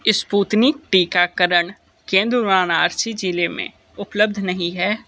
Sputnik टीकाकरण केंद्र वाराणसी ज़िले में उपलब्ध नहीं है